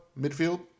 midfield